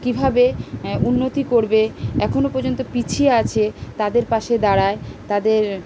কীভাবে উন্নতি করবে এখনো পর্যন্ত পিছিয়ে আছে তাদের পাশে দাঁড়ায় তাদের